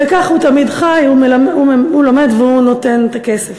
וכך הוא תמיד חי, הוא לומד והוא נותן את הכסף.